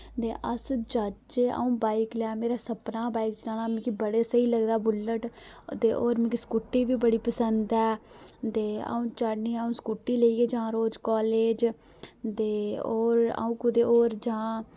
ते अस जाह्चै अ'ऊं बाइक लैं मेरा सपना बाइक चलाना मिकी बड़े स्हेई लगदा बुल्लट ते और मिकी स्कूटी बी बड़े पसंद ऐ ते अ'ऊं चाह्न्नीं अ'ऊं स्कूटी लेइयै जां रोज कालेज ते और अ'ऊं कुतै होर जां